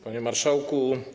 Panie Marszałku!